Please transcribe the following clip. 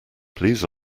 please